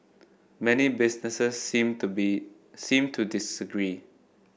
many businesses seem to be seem to disagree